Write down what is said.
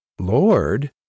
Lord